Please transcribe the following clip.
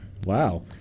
Wow